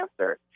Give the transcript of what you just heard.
answer